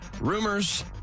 Rumors